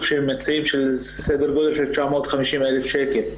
שהם מציעים של סדר גודל של 950 אלף שקל.